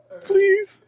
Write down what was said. please